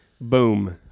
Boom